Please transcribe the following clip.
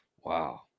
Wow